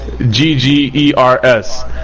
G-G-E-R-S